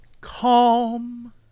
Calm